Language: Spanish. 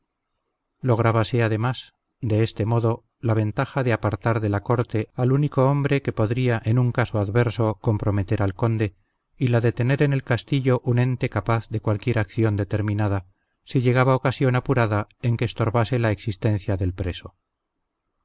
confiaba lográbase además de este modo la ventaja de apartar de la corte al único hombre que podría en un caso adverso comprometer al conde y la de tener en el castillo un ente capaz de cualquier acción determinada si llegaba ocasión apurada en que estorbase la existencia del preso